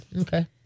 Okay